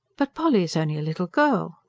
but polly is only a little girl!